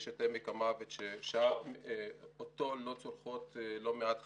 יש את עמק המוות שאותו לא צולחות לא מעט חברות.